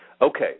Okay